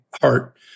heart